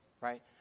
right